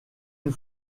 une